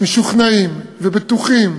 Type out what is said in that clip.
משוכנעים ובטוחים